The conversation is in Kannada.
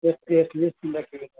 ಎಷ್ಟು ಎಷ್ಟು ದಿವ್ಸದಿಂದ ಕೇಳಿದ್ದು